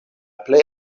plej